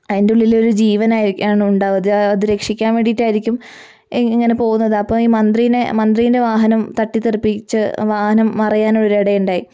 അതിൻ്റുള്ളിലൊരു ജീവനായി ആണുണ്ടായത് അത് രക്ഷിക്കാൻ വേണ്ടിയിട്ടായിരിക്കും ഇങ്ങനെ പോകുന്നത് അപ്പം ഈ മന്ത്രീനെ മന്ത്രീൻ്റെ വാഹനം തട്ടിത്തെറിപ്പിച്ച് വാഹനം മറിയാനൊരു ഇടയുണ്ടായി